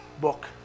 book